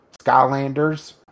Skylanders